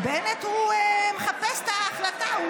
בנט מחפש את ההחלטה.